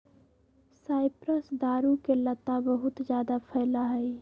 cypress दारू के लता बहुत जादा फैला हई